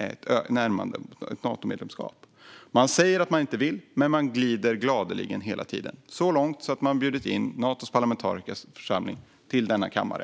allt närmare ett Natomedlemskap. De säger att de inte vill men glider gladeligen hela tiden - så långt att de har bjudit in Natos parlamentariska församling till denna kammare.